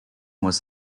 was